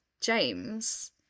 James